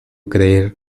creer